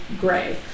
Gray